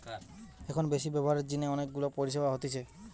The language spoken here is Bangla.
এখন বেশি ব্যবহারের জিনে অনেক গুলা পরিষেবা হতিছে